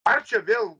ar čia vėl